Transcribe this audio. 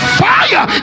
fire